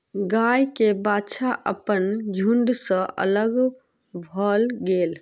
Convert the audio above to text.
गाय के बाछा अपन झुण्ड सॅ अलग भअ गेल